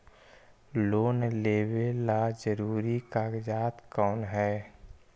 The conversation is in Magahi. लोन लेब ला जरूरी कागजात कोन है?